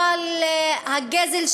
אבל הגזל,